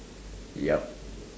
yup